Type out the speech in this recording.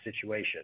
situation